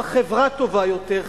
על חברה טובה יותר,